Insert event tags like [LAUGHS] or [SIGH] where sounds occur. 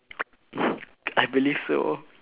[LAUGHS] I believe so